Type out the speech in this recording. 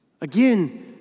Again